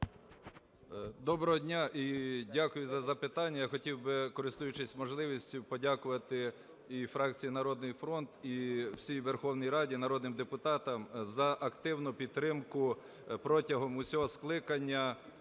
Доброго дня! І дякую за запитання. Я хотів би, користуючись можливістю, подякувати і фракції "Народний фронт", і всій Верховній Раді, народним депутатам за активну підтримку протягом усього скликання